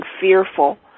fearful